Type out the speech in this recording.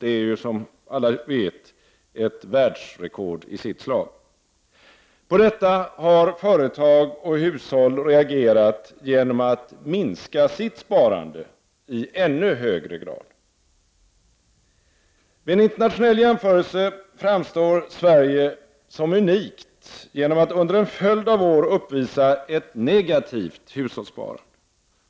Det är som alla vet ett världsrekord i sitt slag. På detta har företag och hushåll reagerat genom att minska sitt sparande i ännu högre grad. Vid en internationell jämförelse framstår Sverige som unikt genom att under en följd av år uppvisa ett negativt hushållssparande.